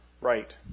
right